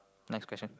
next question